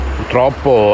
Purtroppo